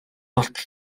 болтол